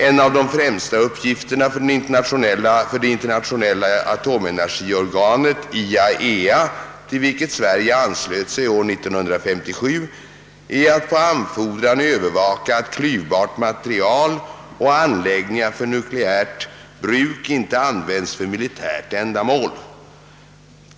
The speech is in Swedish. En av de främsta uppgifterna för det internationella atomenergiorganet, IAEA — till vilket Sverige anslöt sig år 1957 — är att på anfordran övervaka att klyvbart material och anläggningar för nukleärt bruk inte används för militärt ändamål.